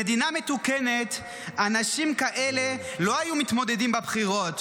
במדינה מתוקנת אנשים כאלה לא היו מתמודדים בבחירות.